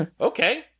okay